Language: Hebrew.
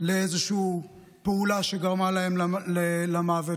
לאיזושהי פעולה שגרמה להם למוות,